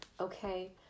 Okay